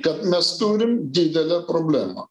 kad mes turim didelę problemą